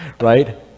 right